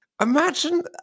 Imagine